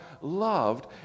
loved